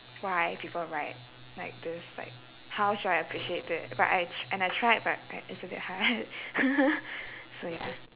why people write like this like how should I appreciate it but I tr~ and I tried but yeah it's a bit hard so ya